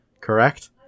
Correct